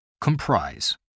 Comprise